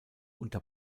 unter